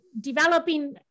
developing